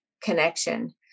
connection